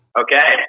Okay